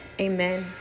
Amen